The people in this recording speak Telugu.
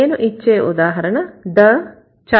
నేను ఇచ్చే ఉదాహరణ the child